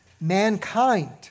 mankind